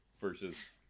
versus